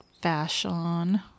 fashion